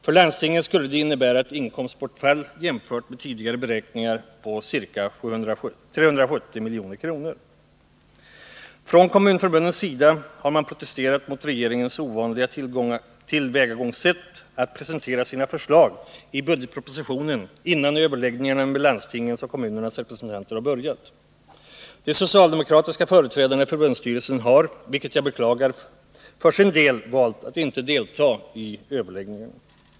För landstingen skulle det innebära ett inkomstbortfall jämfört med tidigare beräkningar på ca 370 milj.kr. Från kommunförbundens sida har man protesterat mot regeringens ovanliga tillvägagångssätt att presentera sina förslag i budgetpropositionen innan överläggningarna med landstingens och kommunernas representanter har börjat. De socialdemokratiska företrädarna i förbundsstyrelserna har — vilket jag beklagar — för sin del valt att inte delta i överläggningarna.